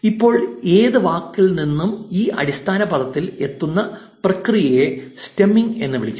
ഇപ്പോൾ ഏത് വാക്കിൽ നിന്നും ഈ അടിസ്ഥാന പദത്തിൽ എത്തുന്ന പ്രക്രിയയെ സ്റ്റെമിംഗ് എന്ന് വിളിക്കുന്നു